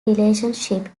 relationship